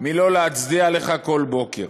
מלא להצדיע לך בכל בוקר.